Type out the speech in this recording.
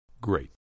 Great